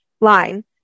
line